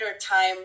time